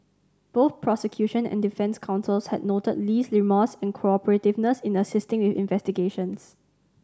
both prosecution and defence counsels had noted Lee's remorse and cooperativeness in assisting with investigations